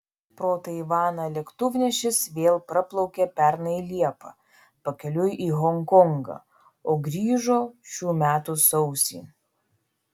pro taivaną lėktuvnešis vėl praplaukė pernai liepą pakeliui į honkongą o grįžo šių metų sausį